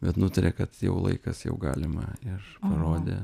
bet nutarė kad jau laikas jau galima ir parodė